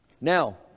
Now